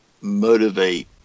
motivate